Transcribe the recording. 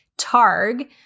targ